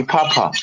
Papa